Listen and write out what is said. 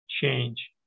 change